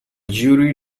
jury